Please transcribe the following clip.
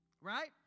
Right